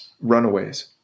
runaways